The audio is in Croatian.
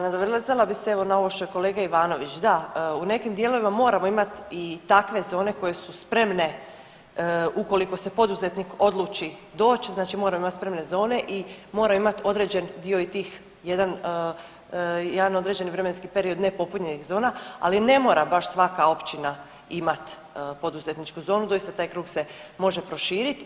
Nadovezala bi se evo na ovo što je kolega Ivanović, da u nekim dijelovima moramo imati i takve zone koje su spremne ukoliko se poduzetnik odluči doći, znači moramo imati spremne zone i moramo imati i određen dio i tih jedan određeni vremenski period nepopunjenih zona ali ne mora baš svaka općina imat poduzetničku zonu, doista taj krug se može proširit.